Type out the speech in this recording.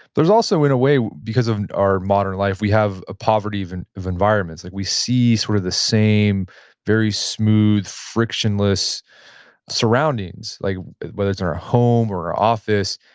there's also in a way because of our modern life, we have a poverty of and of environments. like we see sort of the same very smooth frictionless surroundings, like whether it's in our home or our office,